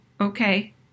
okay